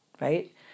right